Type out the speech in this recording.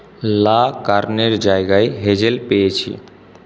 লা কার্নের জায়গায় হেজেল পেয়েছি